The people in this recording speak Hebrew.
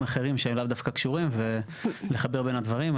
אחרים שלאו דווקא קשורים ולחבר בין הדברים.